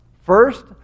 First